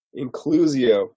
inclusio